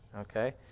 Okay